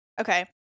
okay